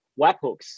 webhooks